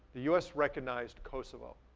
the us recognized kosovo.